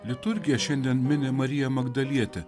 liturgija šiandien mini mariją magdalietę